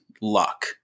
luck